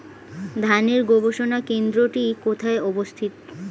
ধানের গবষণা কেন্দ্রটি কোথায় অবস্থিত?